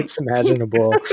imaginable